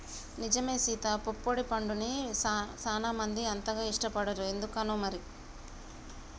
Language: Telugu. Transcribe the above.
నిజమే సీత పొప్పడి పండుని సానా మంది అంతగా ఇష్టపడరు ఎందుకనో మరి